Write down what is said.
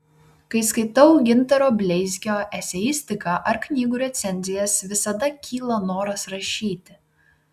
kai skaitau gintaro bleizgio eseistiką ar knygų recenzijas visada kyla noras rašyti